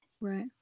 Right